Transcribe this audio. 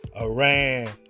Iran